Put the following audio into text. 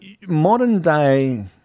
modern-day